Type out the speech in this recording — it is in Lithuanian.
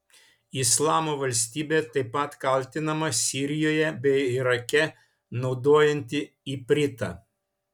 islamo valstybė taip pat kaltinama sirijoje bei irake naudojanti ipritą